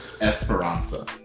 Esperanza